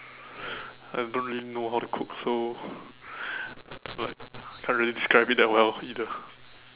I don't really know how to cook so like I can't really describe it that well either